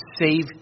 save